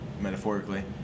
metaphorically